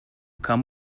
come